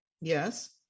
Yes